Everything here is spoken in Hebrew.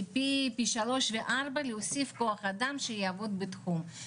אלא פי 3-4 להוסיף כוח אדם שיעבוד בתחום.